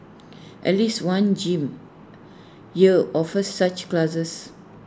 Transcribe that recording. at least one gym here offers such classes